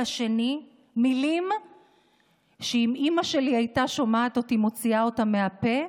השני מילים שאם אימא שלי הייתה שומעת אותי מוציאה אותן מהפה,